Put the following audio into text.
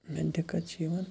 مےٚ دِکَت چھِ یِوان